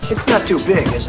it's not too big, is